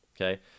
Okay